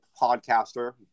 podcaster